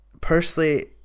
personally